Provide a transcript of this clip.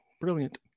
brilliant